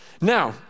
Now